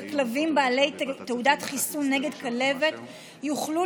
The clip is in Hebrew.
וכלבים בעלי תעודת חיסון נגד כלבת יוכלו